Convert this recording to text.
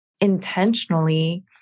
intentionally